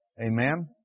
Amen